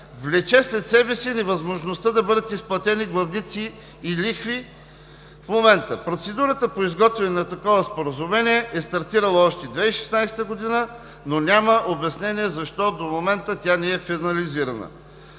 влече след себе си невъзможността да бъдат изплатени главници и лихви в момента. Процедурата по изготвянето на такова споразумение е стартирала още 2016 г., но няма обяснение защо до момента тя не е финализирана.